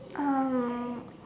um